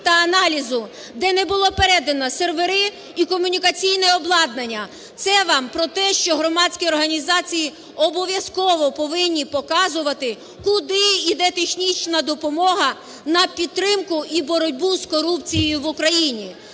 та аналізу, де не було передано сервери і комунікаційне обладнання. Це вам про те, що громадські організації обов'язково повинні показувати, куди йде технічна допомога на підтримку і боротьбу з корупцією в Україні.